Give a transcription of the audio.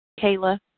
Kayla